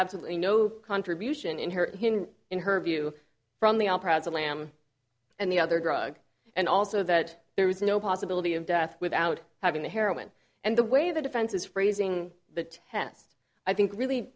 absolutely no contribution in her in her view from the lamb and the other drug and also that there was no possibility of death without having the heroin and the way the defense is phrasing the test i think really